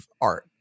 art